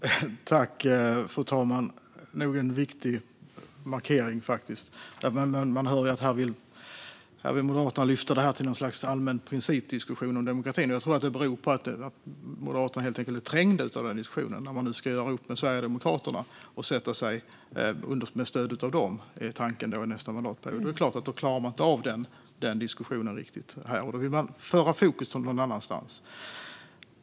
Fru talman! Det är faktiskt en viktig markering. Man hör ju att Moderaterna vill lyfta detta till något slags allmän principdiskussion om demokratin. Jag tror att det beror på att Moderaterna helt enkelt är trängda av den diskussionen när man nu ska göra upp med Sverigedemokraterna och ta stöd av dem, som tanken är för nästa mandatperiod. Då klarar man inte riktigt av den diskussionen här och vill föra över fokus någon annanstans.